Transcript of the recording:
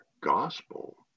gospel